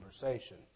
conversation